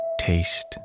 Taste